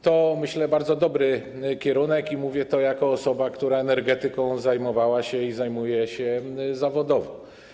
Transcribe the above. To, myślę, bardzo dobry kierunek i mówię to jako osoba, która energetyką zajmowała się i zajmuje się zawodowo.